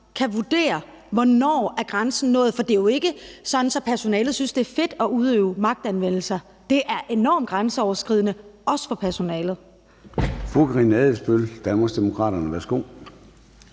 kan vurdere, hvornår grænsen er nået. For det jo ikke sådan, at personalet synes, at det er fedt at udøve magtanvendelse. Det er enormt grænseoverskridende, også for personalet.